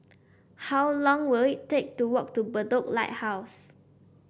how long will it take to walk to Bedok Lighthouse